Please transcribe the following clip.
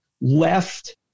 left